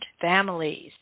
families